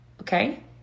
Okay